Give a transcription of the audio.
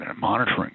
monitoring